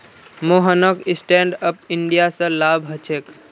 मोहनक stand up India स लाभ ह छेक